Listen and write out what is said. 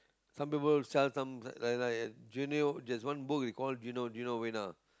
some people sell some like like there's one book we call Geno~ Genovena